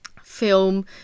film